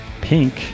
Pink